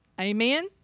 Amen